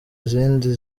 izindi